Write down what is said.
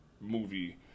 movie